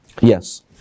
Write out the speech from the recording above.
Yes